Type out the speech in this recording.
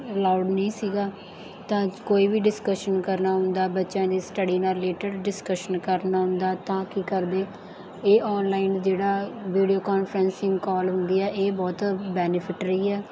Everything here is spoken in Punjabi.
ਅਲਾਊਡ ਨਹੀਂ ਸੀਗਾ ਤਾਂ ਕੋਈ ਵੀ ਡਿਸਕਸ਼ਨ ਕਰਨਾ ਹੁੰਦਾ ਬੱਚਿਆਂ ਦੀ ਸਟੱਡੀ ਨਾਲ ਰਿਲੇਟਡ ਡਿਸਕਸ਼ਨ ਕਰਨ ਦਾ ਤਾਂ ਕਿ ਕਰਦੇ ਇਹ ਔਨਲਾਈਨ ਜਿਹੜਾ ਵੀਡੀਓ ਕਾਨਫਰਸਿੰਗ ਕਾਲ ਹੁੰਦੀ ਹੈ ਇਹ ਬਹੁਤ ਬੈਨੀਫਿਟ ਰਹੀ ਹੈ